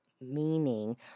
meaning